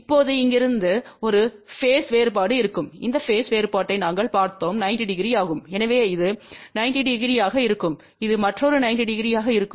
இப்போது இங்கிருந்து இங்கிருந்து ஒரு பேஸ் வேறுபாடு இருக்கும்இந்த பேஸ் வேறுபாட்டை நாங்கள் பார்த்தோம் 900ஆகும் எனவே இது 900ஆகஇருக்கும் இது மற்றொரு 900ஆக இருக்கும்